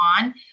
on